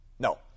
No